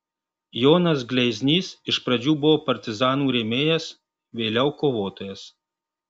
jonas gleiznys iš pradžių buvo partizanų rėmėjas vėliau kovotojas